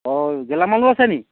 অঁ গেলামালো আছে নেকি